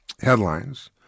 headlines